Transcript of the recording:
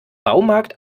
baumarkt